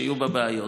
ויהיו בה בעיות,